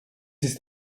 ist